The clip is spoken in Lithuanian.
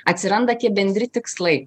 atsiranda tie bendri tikslai